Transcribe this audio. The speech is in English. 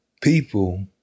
people